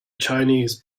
chinese